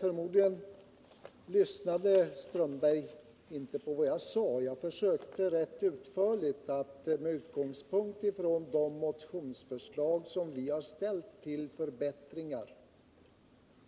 Förmodligen lyssnade herr Strömberg inte på vad jag sade. Jag försökte rätt utförligt beskriva min uppfattning, med utgångspunkt i det motionsförslag vi har ställt om